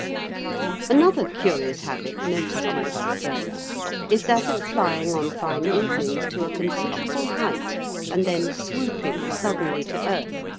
another curious habit noticed in these birds is that of flying on fine evenings to a considerable height and then swooping suddenly to earth,